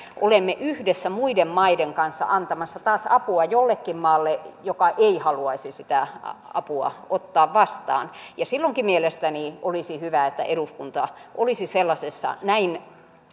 olemme yhdessä muiden maiden kanssa antamassa taas apua jollekin maalle joka ei haluaisi sitä apua ottaa vastaan ja silloinkin mielestäni olisi hyvä että eduskunta olisi näin